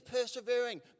persevering